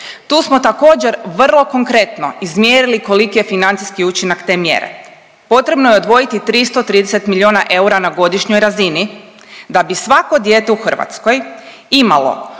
Tu smo također vrlo konkretno izmjerili koliki je financijski učinak te mjere. Potrebno je odvojiti 330 milijuna eura na godišnjoj razini da bi svako dijete u Hrvatskoj imalo